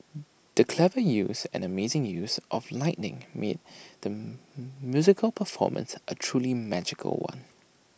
the clever use and amazing use of lighting made the musical performance A truly magical one